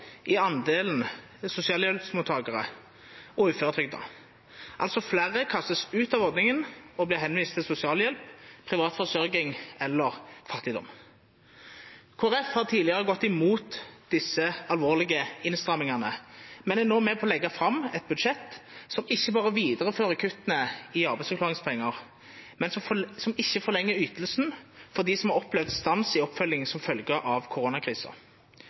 i andelen sosialhjelpsmottakere og uføretrygdede. Flere kastes altså ut av ordningen og blir henvist til sosialhjelp, privat forsørging eller fattigdom. Kristelig Folkeparti har tidligere gått imot disse alvorlige innstrammingene, men er nå med på å legge fram et budsjett som ikke bare viderefører kuttene i arbeidsavklaringspenger, men som heller ikke forlenger ytelsen for dem som har opplevd stans i oppfølgingen som følge av